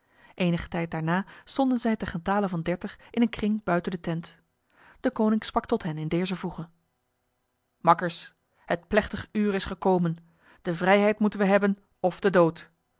enige tijd daarna stonden zij ten getale van dertig in een kring buiten de tent deconinck sprak tot hen in dezer voege makkers het plechtig uur is gekomen de vrijheid moeten wij hebben of de dood